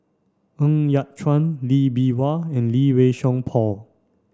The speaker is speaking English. Ng Yat Chuan Lee Bee Wah and Lee Wei Song Paul